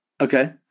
Okay